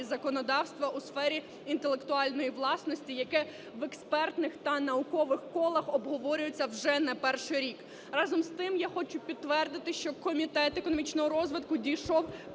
законодавства у сфері інтелектуальної власності, яке в експертних та наукових колах обговорюється вже не перший рік. Разом з тим, я хочу підтвердити, що Комітет економічного розвитку дійшов